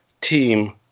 team